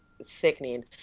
sickening